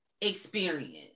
experience